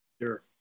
sure